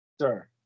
sir